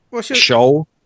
show